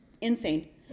Insane